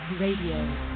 Radio